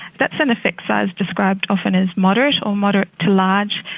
that's an effect size described often as moderate or moderate to large.